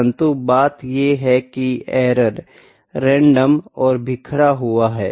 परन्तु बात ये है की एरर रैंडम और बिखरा हुआ है